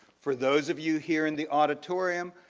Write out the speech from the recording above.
for those of you here in the auditorium,